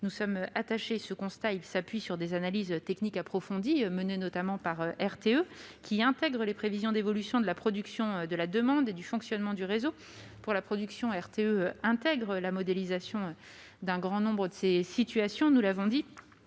nous sommes attachés. Ce constat s'appuie sur des analyses techniques approfondies, menées notamment par RTE, qui intègrent les prévisions d'évolution de la production, de la demande et du fonctionnement du réseau. Pour la production, RTE intègre la modélisation d'un grand nombre de ces situations. Au-delà de